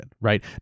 right